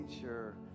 sure